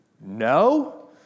no